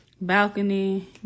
balcony